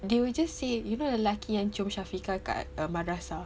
they will just say you know lelaki yang cium Syafiqah kat madrasah